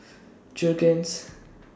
Jergens